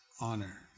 honor